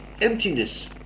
emptiness